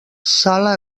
sala